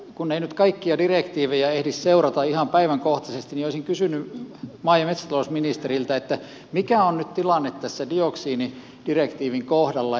kun ei nyt kaikkia direktiivejä ehdi seurata ihan päiväkohtaisesti olisin kysynyt maa ja metsätalousministeriltä mikä on nyt tilanne tässä dioksiinidirektiivin kohdalla